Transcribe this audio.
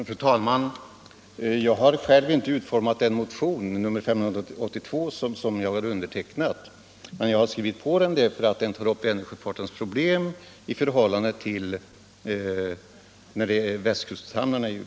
Fru talman! Jag har inte själv utformat motionen 582, men jag har skrivit under den därför att den tar upp Vänersjöfartens problem, däribland också relationerna till västkusthamnarna.